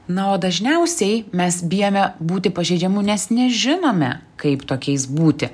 na o dažniausiai mes bijome būti pažeidžiamu nes nežinome kaip tokiais būti